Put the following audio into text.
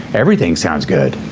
everything sounds good.